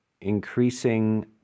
increasing